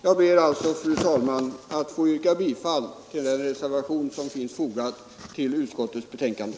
Jag ber alltså, fru talman, att få yrka bifall till den reservation som är fogad till utskottets betänkande.